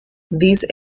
these